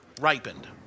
Ripened